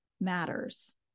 matters